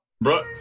bro